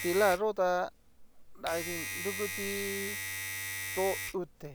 Ti´la xo ta davti nrukuti tu ute,